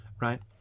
right